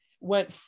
Went